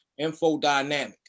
infodynamic